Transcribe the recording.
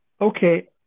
Okay